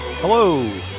Hello